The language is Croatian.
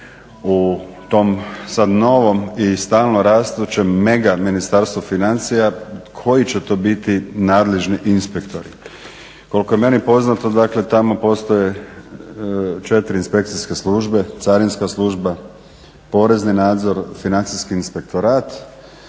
u tom sad novom i stalno rastućem mega Ministarstvu financija koji će to biti nadležni inspektori. Koliko je meni poznato, tamo postoje četiri inspekcijske službe: carinska služba, porezni nadzor, Financijski inspektora,